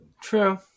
True